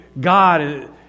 God